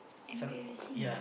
embarrassing ah